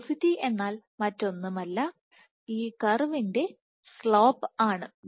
velocity എന്നാൽ മറ്റൊന്നുമല്ല ഈ കർവിൻറെ സ്ലോപ് ആണ്